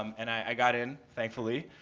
um and i got in, thankfully.